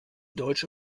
deutsche